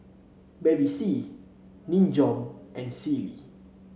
Bevy C Nin Jiom and Sealy